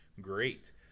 great